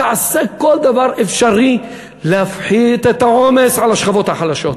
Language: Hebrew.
תעשה כל דבר אפשרי להפחית את העומס מהשכבות החלשות.